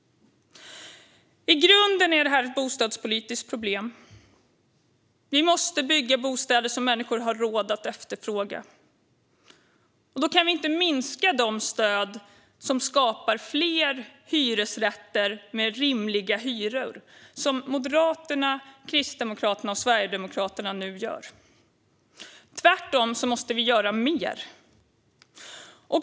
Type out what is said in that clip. I grunden är det ett bostadspolitiskt problem. Vi måste bygga bostäder som människor har råd att efterfråga. Då kan vi inte minska de stöd som skapar fler hyresrätter med rimliga hyror, vilket Moderaterna, Kristdemokraterna och Sverigedemokraterna nu gör. Tvärtom måste vi göra mer.